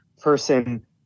person